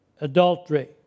adultery